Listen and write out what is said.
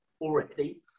already